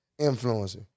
influencer